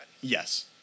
yes